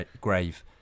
grave